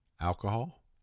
alcohol